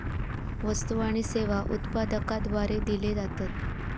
वस्तु आणि सेवा उत्पादकाद्वारे दिले जातत